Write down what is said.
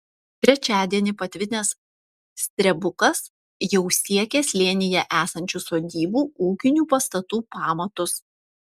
trečiadienį patvinęs strebukas jau siekė slėnyje esančių sodybų ūkinių pastatų pamatus